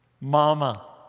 mama